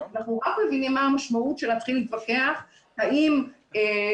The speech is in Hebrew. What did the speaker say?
אנחנו מציעים שזה ייכנס לסעיף קטן (ד),